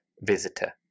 visitor